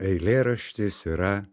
eilėraštis yra